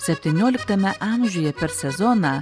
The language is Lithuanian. septynioliktame amžiuje per sezoną